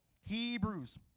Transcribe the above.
Hebrews